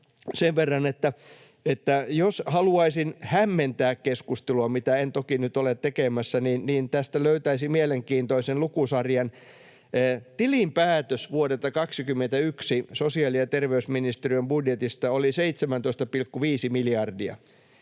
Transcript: sen verran, että jos haluaisin hämmentää keskustelua, mitä en toki nyt ole tekemässä, niin tästä löytäisi mielenkiintoisen lukusarjan. Tilinpäätös vuodelta 21 sosiaali- ja terveysministeriön budjetista oli 17,5 miljardia.